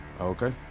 Okay